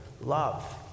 love